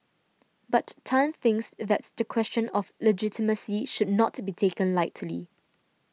but Tan thinks that's the question of legitimacy should not be taken lightly